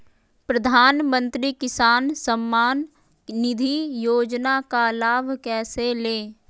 प्रधानमंत्री किसान समान निधि योजना का लाभ कैसे ले?